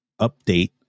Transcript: Update